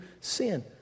sin